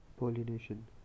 Pollination